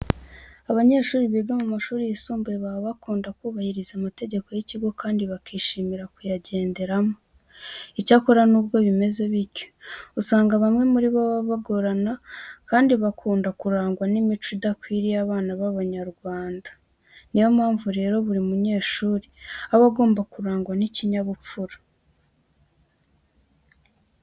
Abanyeshuri biga mu mashuri yisumbuye baba bakunda kubahiriza amategeko y'ikigo kandi bakishimira kuyagenderamo. Icyakora nubwo bimeze bityo, usanga bamwe muri bo baba bagorana kandi bakunda kuranga n'imico idakwiriye abana b'Abanyarwanda. Niyo mpamvu rero buri munyeshuri aba agomba kurangwa n'ikinyabupfura.